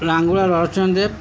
Langula Narasimha Dev